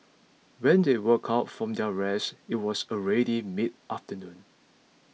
when they woke up from their rest it was already midafternoon